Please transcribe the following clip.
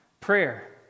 prayer